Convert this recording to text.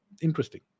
Interesting